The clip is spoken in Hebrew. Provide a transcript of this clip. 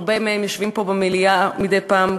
והרבה מהם יושבים פה במליאה מדי פעם,